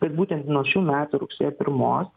kad būtent nuo šių metų rugsėjo pirmos